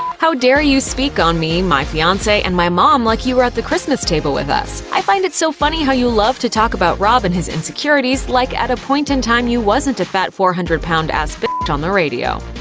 how dare you speak on me, my fiance, and my mom like you were at the christmas table with us! i find it so funny how you love to talk about rob and his insecurities like at a point in time you wasn't a fat four hundred pound ass b on the radio!